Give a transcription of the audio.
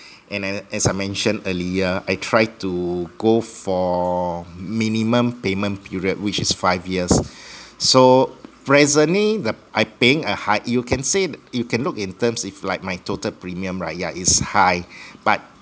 and then as I mentioned earlier I try to go for minimum payment period which is five years so presently the I paying a high you can say you can look in terms if like my total premium right yeah is high but